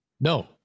no